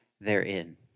therein